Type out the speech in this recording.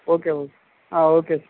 okay okay okay